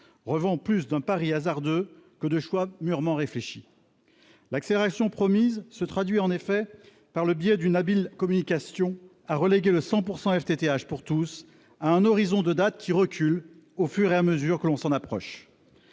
relever d'un pari hasardeux que de choix mûrement réfléchis. L'accélération promise se traduit en effet, en dépit d'une habile communication, par la relégation du 100 % FTTH pour tous vers un horizon de date qui recule au fur et à mesure que l'on s'en approche.